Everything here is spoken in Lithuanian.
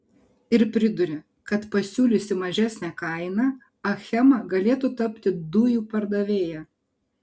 ir priduria kad pasiūliusi mažesnę kainą achema galėtų tapti dujų pardavėja